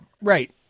right